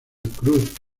cruz